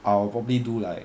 I will probably do like